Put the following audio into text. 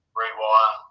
rewire